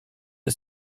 des